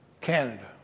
Canada